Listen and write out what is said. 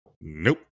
Nope